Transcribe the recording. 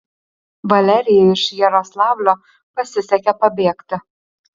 valerijai iš jaroslavlio pasisekė pabėgti